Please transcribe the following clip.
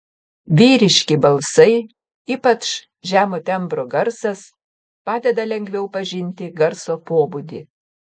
vyriški balsai ypač žemo tembro garsas padeda lengviau pažinti garso pobūdį